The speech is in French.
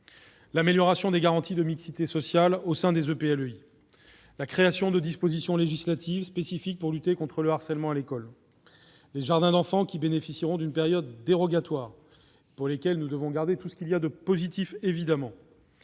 l'amélioration des garanties de mixité sociale au sein des EPLEI ; la création de dispositions législatives spécifiques pour lutter contre le harcèlement à l'école ; les jardins d'enfants qui bénéficieront d'une période dérogatoire et dont nous devons garder toutes les caractéristiques